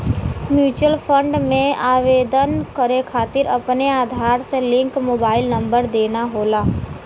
mutual fund में आवेदन करे खातिर अपने आधार से लिंक मोबाइल नंबर देना होला